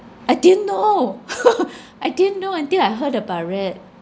I didn't know I didn't know until I heard about it